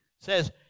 says